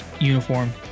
uniform